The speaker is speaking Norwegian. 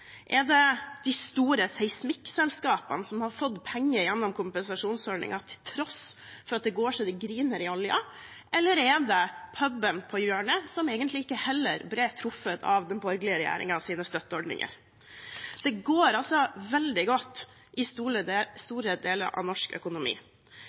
Er det de store seismikkselskapene, som har fått penger gjennom kompensasjonsordningen, til tross for at det går så det griner i oljen? Eller er det puben på hjørnet, som egentlig heller ikke ble truffet av den borgerlige regjeringens støtteordninger? Det går veldig godt i